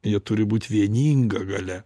jie turi būt vieninga galia